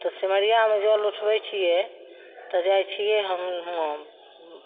तऽ सिमरियामे जल उठबय छियै तऽ जाइ छियै हम हुआँ